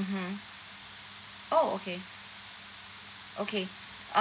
mmhmm oh okay okay